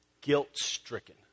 guilt-stricken